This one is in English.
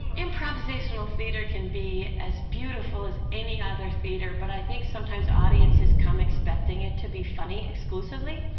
um improvisational theater can be as beautiful as any other theater, but i think sometimes audiences come expecting it to be funny exclusively.